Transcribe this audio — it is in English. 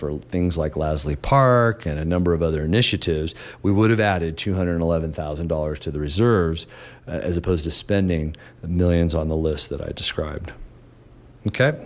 for things like lasley park and a number of other initiatives we would have added two hundred and eleven thousand dollars to the reserves as opposed to spending the millions on the list that i described okay